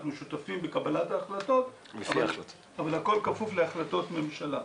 אנחנו שותפים בקבלת ההחלטות אבל הכול כפוף להחלטות ממשלה.